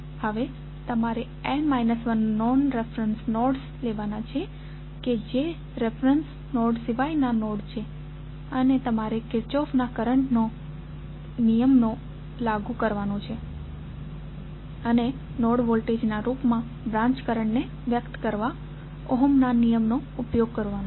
હવે તમારે n 1 non reference nodes લેવાના છે કે જે રેફેરેંસ નોડ્સ સિવાયના નોડ છે અને તમારે કિર્ચહોફનો કરંટ નિયમ લાગુ કરવાનો છે અને નોડ વોલ્ટેજ ના રૂપમા બ્રાંચ કરંટ ને વ્યક્ત કરવા ઓહમના નિયમ નો ઉપયોગ કરવાનો છે